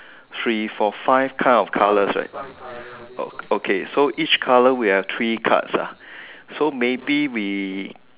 three four five kinds of colours right oh okay so each colour we have three cards ah so maybe we